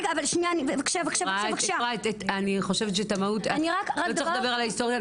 לא צריך לדבר על ההיסטוריה.